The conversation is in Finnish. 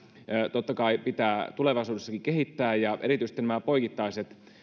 totta kai pitää tulevaisuudessakin kehittää ja erityisesti nämä poikittaiset